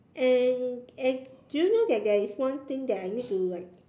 and and do you know that there is one thing that I need to like